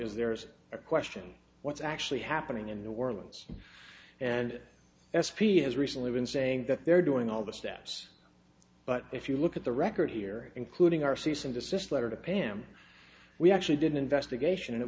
is there is a question what's actually happening in new orleans and s p has recently been saying that they're doing all the steps but if you look at the record here including our cease and desist letter to pam we actually did an investigation and it